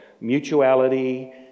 mutuality